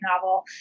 novel